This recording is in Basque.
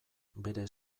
bere